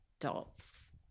adults